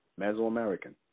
Mesoamerican